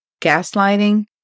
gaslighting